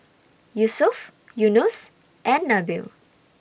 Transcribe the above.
Yusuf Yunos and Nabil